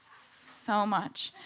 so much.